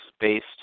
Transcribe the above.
based